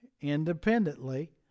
independently